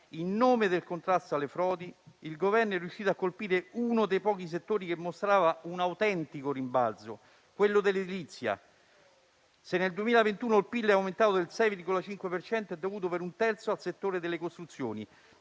in nome del contrasto alle frodi, il Governo è riuscito a colpire uno dei pochi settori che mostrava un autentico rimbalzo, quello dell'edilizia. Se nel 2021 il PIL è aumentato del 6,5 per cento, ciò è dovuto per un terzo al settore delle costruzioni,